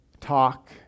talk